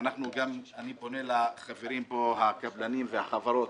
ואני פונה לחברים פה, הקבלנים והחברות